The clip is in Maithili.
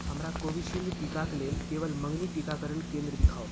हमरा कोविशील्ड टीकाक लेल केवल मँगनी टीकाकरण केंद्र दिखाउ